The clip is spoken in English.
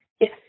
yes